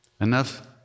Enough